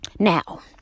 now